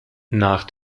nach